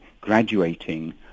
graduating